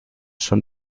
schon